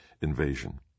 invasion